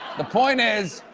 the point is,